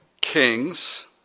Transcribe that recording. Kings